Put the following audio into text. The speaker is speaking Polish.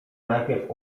najpierw